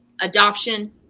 adoption